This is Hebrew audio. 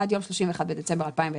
עד יום 31 בדצמבר 2021,